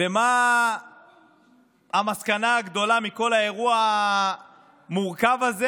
ומה המסקנה הגדולה מכל האירוע המורכב הזה?